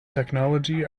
technology